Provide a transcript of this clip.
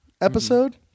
episode